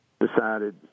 decided